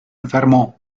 enfermó